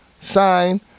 Sign